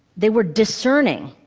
they were discerning.